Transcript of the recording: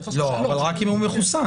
רק אם הוא מחוסן.